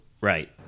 Right